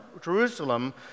Jerusalem